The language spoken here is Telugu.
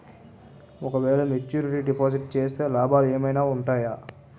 ఓ క వేల మెచ్యూరిటీ డిపాజిట్ చేస్తే లాభాలు ఏమైనా ఉంటాయా?